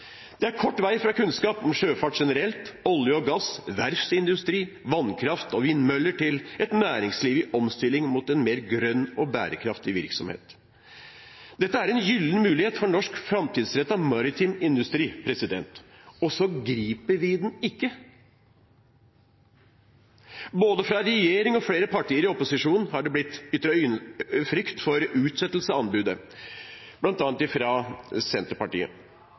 Det er kort vei fra kunnskap om sjøfart generelt, olje og gass, verftsindustri, vannkraft og vindmøller til et næringsliv i omstilling mot mer grønn og bærekraft virksomhet. Dette er en gyllen mulighet for norsk framtidsrettet maritim industri – og så griper vi den ikke! Både fra regjering og fra flere partier i opposisjon har det blitt ytret frykt for utsettelse av anbudet, bl.a. fra Senterpartiet.